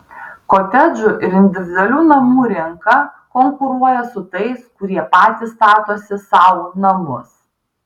kotedžų ir individualių namų rinka konkuruoja su tais kurie patys statosi sau namus